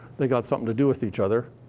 they've got something to do with each other.